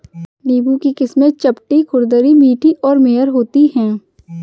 नींबू की किस्में चपटी, खुरदरी, मीठी और मेयर होती हैं